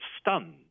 stunned